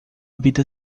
vida